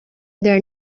der